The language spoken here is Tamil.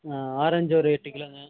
ஆரஞ்சு ஒரு எட்டுக் கிலோங்க